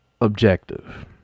objective